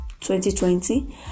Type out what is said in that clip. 2020